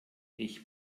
ich